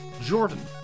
Jordan